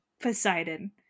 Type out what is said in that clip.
Poseidon